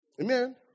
Amen